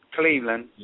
Cleveland